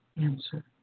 answer